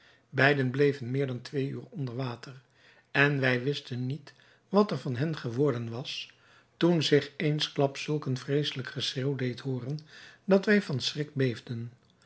beide bleven meer dan twee uur onder water en wij wisten niet wat er van hen geworden was toen zich eensklaps zulk een vreeselijk geschreeuw deed hooren dat wij van schrik beefden